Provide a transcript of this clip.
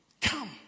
come